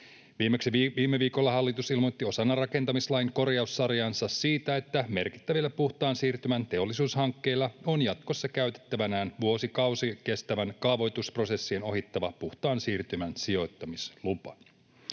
viime viikolla hallitus ilmoitti osana rakentamislain korjaussarjaansa siitä, että merkittävillä puhtaan siirtymän teollisuushankkeilla on jatkossa käytettävänään vuosikausia kestävien kaavoitusprosessien ohittava puhtaan siirtymän sijoittamislupa.